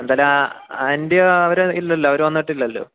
എന്തായാലും ആൻ്റിയോ അവര് ഇല്ലല്ലോ അവര് വന്നിട്ടില്ലല്ലോ